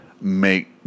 make